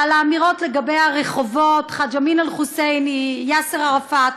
והאמירות לגבי הרחובות חאג' אמין אל חוסייני ויאסר ערפאת: